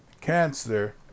cancer